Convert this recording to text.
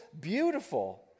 beautiful